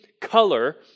color